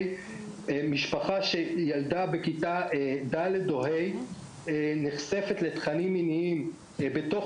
משפחה שהילדה בכיתה ד' נחשפת לתכנים מיניים בתוך